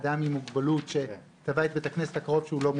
אדם עם מוגבלות שקנה את בית הכנסת הגיש תביעה.